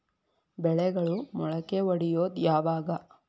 ಬೆಳೆಗಳು ಮೊಳಕೆ ಒಡಿಯೋದ್ ಯಾವಾಗ್?